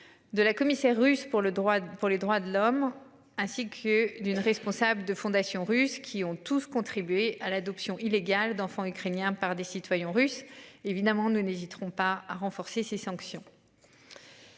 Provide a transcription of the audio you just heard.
De la commissaire russe pour le droit pour les droits de l'homme ainsi que d'une responsable de fondation russes qui ont tous contribué à l'adoption illégale d'enfants ukrainiens par des citoyens russes. Évidemment nous n'hésiterons pas à renforcer ses sanctions.